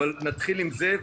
אבל נתחיל עם זה.